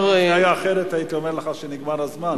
אם זה היה אחרת הייתי אומר לך שנגמר הזמן.